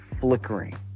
flickering